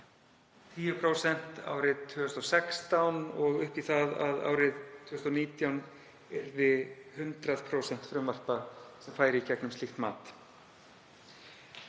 10% árið 2016 og upp í það að árið 2019 færu 100% frumvarpa í gegnum slíkt mat.